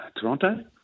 Toronto